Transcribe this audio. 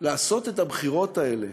לעשות את הבחירות האלה